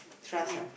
trust ah